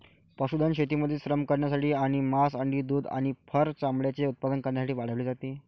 पशुधन शेतीमध्ये श्रम करण्यासाठी आणि मांस, अंडी, दूध आणि फर चामड्याचे उत्पादन करण्यासाठी वाढवले जाते